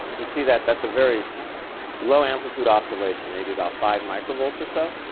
you see that? that's a very low amplitude oscillation, maybe about five microvolts or so.